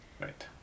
Right